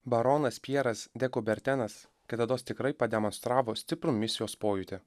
baronas pjeras de kubertenas kitados tikrai pademonstravo stiprų misijos pojūtį